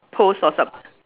post or some~